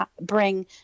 bring